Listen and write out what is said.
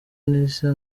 nise